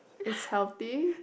is healthy